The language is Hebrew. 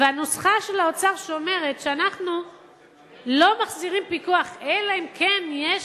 והנוסחה של האוצר שאומרת שאנחנו לא מחזירים פיקוח אלא אם כן יש